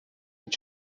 hate